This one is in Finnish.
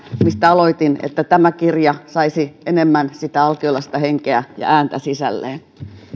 mistä aloitin toivoisin tosiaan että tämä kirja saisi enemmän sitä alkiolaista henkeä ja ääntä sisälleen